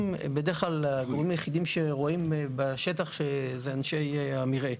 בדרך כלל הגורמים היחידים שרואים בשטח זה אנשי המרעה.